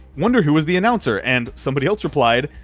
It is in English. wonder who was the announcer, and somebody else replied,